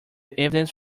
evidence